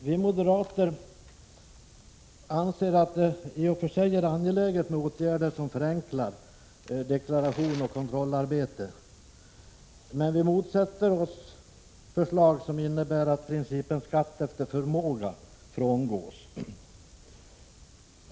Vi moderater anser att det i och för sig är angeläget med åtgärder som förenklar deklaration och kontrollarbete, men vi motsätter oss förslag som innebär att principen skatt efter förmåga frångås.